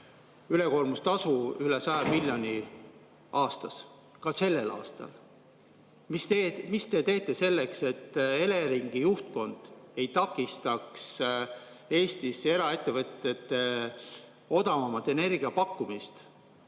ülekoormustasu üle 100 miljoni aastas, ka sellel aastal. Mis te teete selleks, et Eleringi juhtkond ei takistaks Eestis eraettevõtjail odavamat energiat pakkuda?